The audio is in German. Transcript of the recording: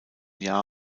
jahre